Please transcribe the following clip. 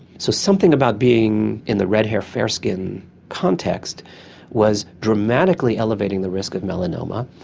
so something about being in the red hair, fair skin context was dramatically elevating the risk of melanoma.